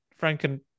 franken